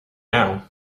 now